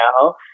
now